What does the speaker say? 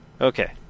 Okay